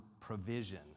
provision